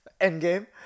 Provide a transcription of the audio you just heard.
endgame